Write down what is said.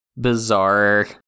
bizarre